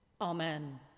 amen